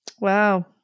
Wow